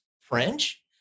French